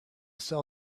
sell